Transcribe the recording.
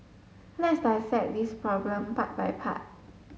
let's dissect this problem part by part